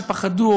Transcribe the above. שפחדו,